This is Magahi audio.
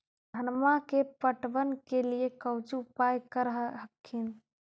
धनमा के पटबन के लिये कौची उपाय कर हखिन?